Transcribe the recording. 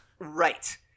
Right